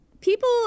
people